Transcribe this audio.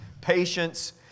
patience